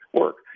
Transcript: work